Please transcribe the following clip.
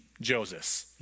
Joseph